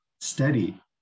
steady